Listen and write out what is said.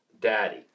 daddy